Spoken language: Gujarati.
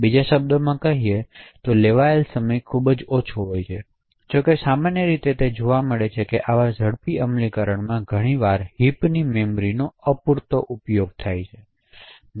બીજા શબ્દોમાં કહીએ તો લેવાયેલ સમય ખૂબ જ ઓછો હોય છે જો કે સામાન્ય રીતે તે જોવા મળે છે કેઆવા ઝડપી અમલીકરણમાં ઘણીવાર હિપની મેમરીનો અપૂરતો ઉપયોગ થાય છે